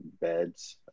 beds